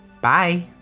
Bye